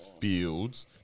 fields